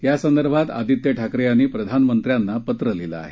यासंदर्भात आदित्य ठाकरे यांनी प्रधानमंत्र्यांना पत्र लिहिलं आहे